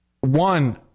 one